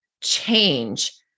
change